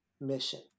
mission